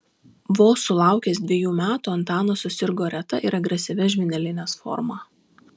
vos sulaukęs dvejų metų antanas susirgo reta ir agresyvia žvynelinės forma